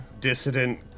dissident